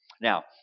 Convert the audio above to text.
Now